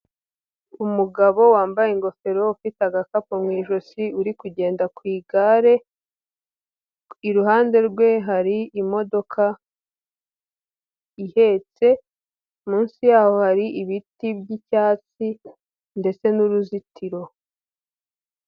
Umugabo wambaye ingofero, ufite agakapu mu ijosi, uri kugenda ku igare, iruhande rwe hari imodoka ihetse, munsi yaho hari ibiti by'icyatsi ndetse n'uruzitiro.